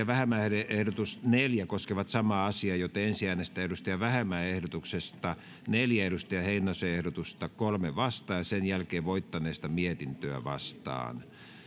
vähämäen ehdotus neljä koskevat samaa määrärahaa joten ensin äänestetään ville vähämäen ehdotuksesta neljä timo heinosen ehdotusta kolmeen vastaan ja sen jälkeen voittaneesta mietintöä vastaan